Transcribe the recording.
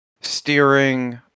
steering